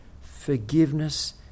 forgiveness